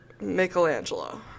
Michelangelo